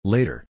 Later